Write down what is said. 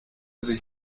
sich